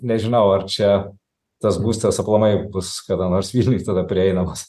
nežinau ar čia tas būstas aplamai bus kada nors vilniuj tada prieinamas